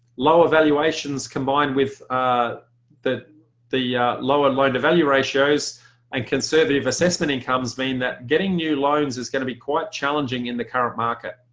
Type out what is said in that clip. lower valuations combined with ah the the yeah lower loan to value ratios and conservative assessment incomes mean that getting new loans is going to be quite challenging in the current market.